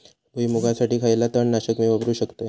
भुईमुगासाठी खयला तण नाशक मी वापरू शकतय?